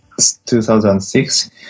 2006